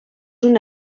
una